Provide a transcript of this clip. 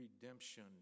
redemption